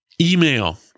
email